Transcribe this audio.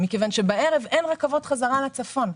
מכיוון שבערב אין רכבות חזרה לצפון.